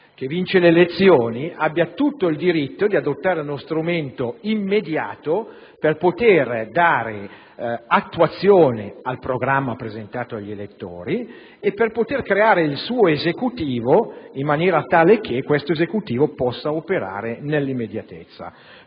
che vince le elezioni ha tutto il diritto di adottare uno strumento immediato per poter dare attuazione al programma presentato agli elettori e per creare il suo Esecutivo, in maniera tale che questo possa operare nell'immediatezza.